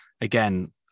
Again